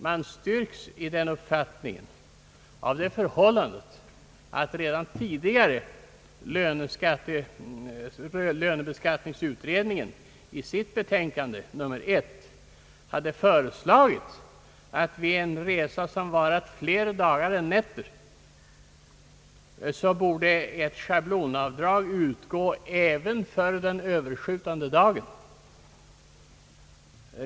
Man styrks i den uppfattningen av det förhållandet, att redan tidigare lönebeskattningsutredningen i sitt betänkande nr 1 hade föreslagit att vid en resa som varat flera dagar än nätter borde ett schablonavdrag utgå även för den överskjutande dagen.